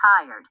tired